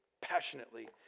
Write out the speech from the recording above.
passionately